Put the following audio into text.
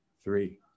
three